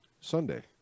Sunday